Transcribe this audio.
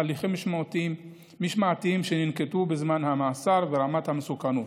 הליכים משמעתיים שננקטו בזמן המאסר ורמת מסוכנות.